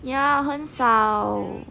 ya 很少